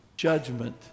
judgment